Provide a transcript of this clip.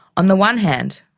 on the one hand,